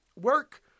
work